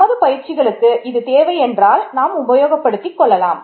நமது பயிற்சிகளுக்கு இது தேவை என்றால் நாம் உபயோகப்படுத்தலாம்